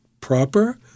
proper